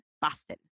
Boston